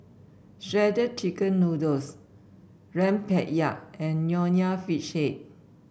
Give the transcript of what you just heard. Shredded Chicken Noodles Rempeyek and Nonya Fish Head